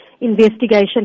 investigation